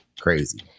crazy